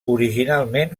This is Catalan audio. originalment